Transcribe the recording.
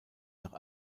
nach